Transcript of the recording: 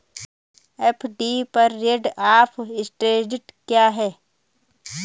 FD पर rate of interest क्या है?